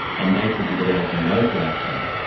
and they should be developing local action.